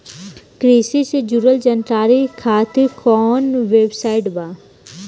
कृषि से जुड़ल जानकारी खातिर कोवन वेबसाइट बा?